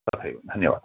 तथैव धन्यवादाः